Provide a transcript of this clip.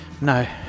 No